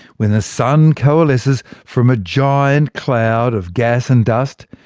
when the sun coalesces from a giant cloud of gas and dust,